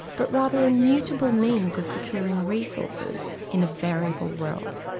but rather a mutable means of securing resources in a variable world.